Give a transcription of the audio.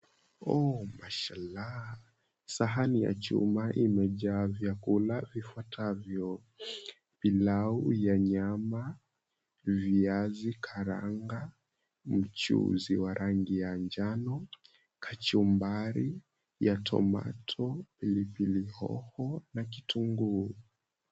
Ooooh mashallah! Sahani ya chuma imejaa vyakula vifuatavyo:pilau ya nyama, viazikaranga, mchuzi wa rangi ya njano, kachumbari ya tomato , pilipili hoho na kitunguu.